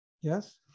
Yes